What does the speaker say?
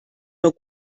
nur